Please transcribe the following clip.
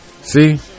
See